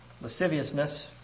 lasciviousness